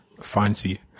Fancy